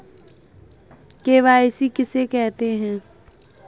KYC किसे कहते हैं?